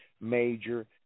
major